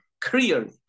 clearly